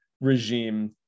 regime